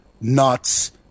nuts